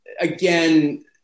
again